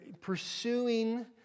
pursuing